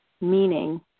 meaning